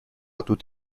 دود